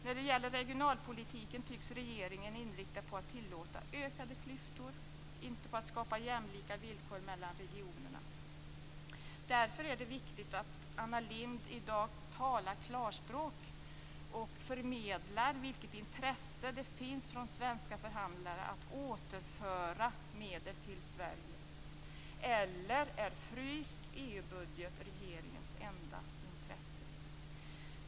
När det gäller regionalpolitiken tycks regeringen inriktad på att tillåta ökade klyftor - inte på att skapa jämlika villkor mellan regionerna. Därför är det viktigt att Anna Lindh i dag talar klarspråk och förmedlar vilket intresse det finns bland svenska förhandlare att återföra medel till Sverige. Eller är en fryst EU-budget regeringens enda intresse?